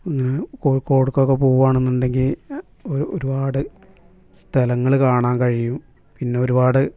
ഇങ്ങനെ കോഴിക്കോടിലേക്കൊക്കെ പോവുകയാണ് എന്നുണ്ടെങ്കിൽ ഒരു ഒരുപാട് സ്ഥലങ്ങൾ കാണാൻ കഴിയും പിന്നെ ഒരുപാട്